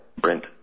Brent